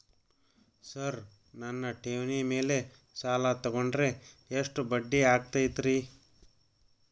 Sir ನನ್ನ ಠೇವಣಿ ಮೇಲೆ ಸಾಲ ತಗೊಂಡ್ರೆ ಎಷ್ಟು ಬಡ್ಡಿ ಆಗತೈತ್ರಿ?